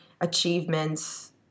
achievements